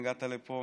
הגעת לפה,